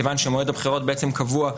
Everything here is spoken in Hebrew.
כיוון שמועד הבחירות בעצם קבוע בחוק,